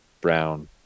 Brown